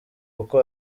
kuko